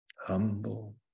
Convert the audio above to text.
humble